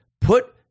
put